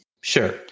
sure